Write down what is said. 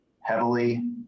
heavily